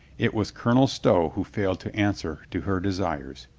it was colonel stow who failed to answer to her de sires.